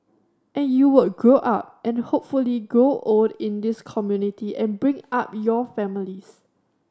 and you would grow up and hopefully grow old in this community and bring up your families